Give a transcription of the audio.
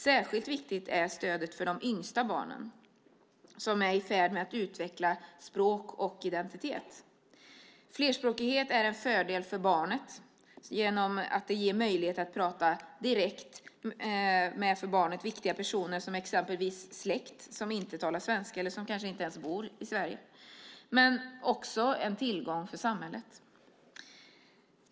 Särskilt viktigt är stödet för de yngsta barnen, som är i färd med att utveckla språk och identitet. Flerspråkighet är en fördel för barnet genom att det ger möjlighet att prata direkt med för barnet viktiga personer som exempelvis släkt som inte talar svenska eller som kanske inte ens bor i Sverige. Men det är också en tillgång för samhället.